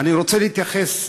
ואני רוצה להתייחס,